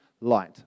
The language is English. light